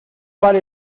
vale